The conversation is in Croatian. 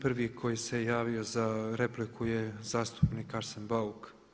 Prvi koji se javio za repliku je zastupnik Arsen Bauk.